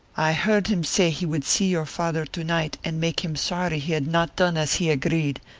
i heard him say he would see your father to-night and make him sorry he had not done as he agreed,